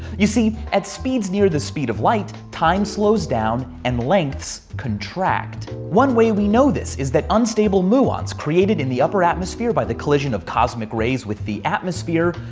you see, at speeds near the speeds of light, time slows down and lengths contract. one way we know this is that unstable muons, created in the upper atmosphere by the collision of cosmic rays with the atmosphere,